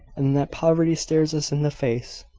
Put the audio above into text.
and that poverty stares us in the face.